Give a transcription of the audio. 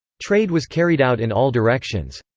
trade was carried out in all directions.